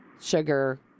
sugar